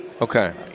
okay